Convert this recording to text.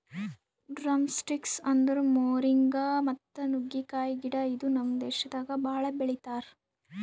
drumsticks ಅಂದುರ್ moringa ಮತ್ತ ನುಗ್ಗೆಕಾಯಿ ಗಿಡ ಇದು ನಮ್ ದೇಶದಾಗ್ ಭಾಳ ಬೆಳಿತಾರ್